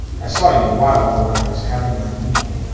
i saw you a while ago, when i was having my meal.